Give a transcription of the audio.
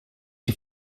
die